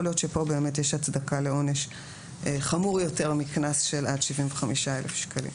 יכול להיות שפה יש הצדקה לעונש חמור יותר מקנס של עד 75,000 שקלים,